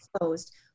closed